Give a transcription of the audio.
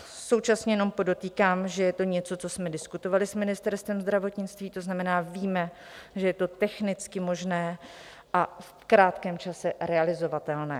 Současně jenom podotýkám, že je to něco, co jsme diskutovali s Ministerstvem zdravotnictví, to znamená, víme, že je to technicky možné a v krátkém čase realizovatelné.